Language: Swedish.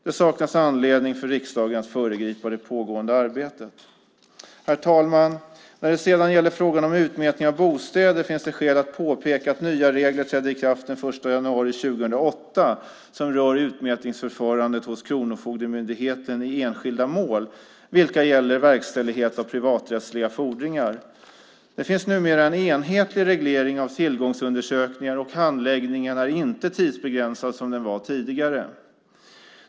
Det saknas anledning för riksdagen att föregripa det pågående arbetet. Herr talman! När det gäller frågan om utmätning av bostäder finns det skäl att påpeka att nya regler trädde i kraft den 1 januari 2008 som rör utmätningsförfarandet hos Kronofogdemyndigheten i enskilda mål, vilka gäller verkställighet av privaträttsliga fordringar. Det finns numera en enhetlig reglering av tillgångsundersökningar, och handläggningen är inte tidsbegränsad som den var tidigare.